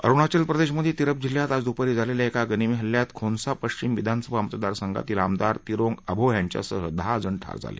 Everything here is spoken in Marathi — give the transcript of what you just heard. अरुणाचल प्रदेशमध्ये तिरप जिल्ह्यात आज दुपारी झालेल्या एका गनिमी हल्ल्यात खोन्सा पश्चिम विधानसभा मतदार संघातील आमदार तिरोंग अबोह यांच्यासह दहा जण ठार झाले